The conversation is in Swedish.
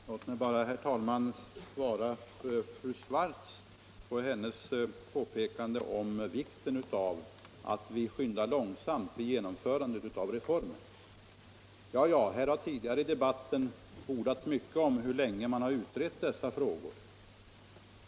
Herr talman! Låt mig bara, herr talman, svara fru Swartz på hennes påpekande av vikten av att vi skyndar långsamt vid genomförandet av reformen. Här har tidigare i debatten ordats mycket om hur länge dessa frågor har utretts.